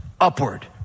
upward